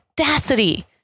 audacity